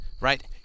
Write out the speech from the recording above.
right